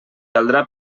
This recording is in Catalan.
caldrà